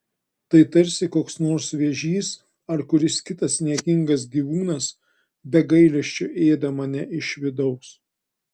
tai tarsi koks nors vėžys ar kuris kitas niekingas gyvūnas be gailesčio ėda mane iš vidaus